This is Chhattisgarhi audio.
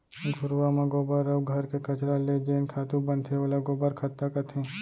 घुरूवा म गोबर अउ घर के कचरा ले जेन खातू बनथे ओला गोबर खत्ता कथें